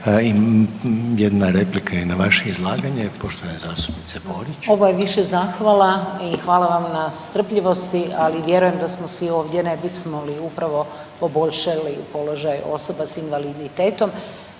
Ima jedna replika i na vaše izlaganje poštovane zastupnice Borić. **Borić, Rada (NL)** Ovo je više zahvala i hvala vam na strpljivosti, ali vjerujem da smo svi ovdje ne bismo li upravo poboljšali položaj osoba s invaliditetom.